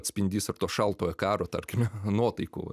atspindys ir to šaltojo karo tarkime nuotaikų